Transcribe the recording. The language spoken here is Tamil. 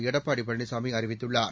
எடப்பாடி பழனிசாமி அறிவித்துள்ளார்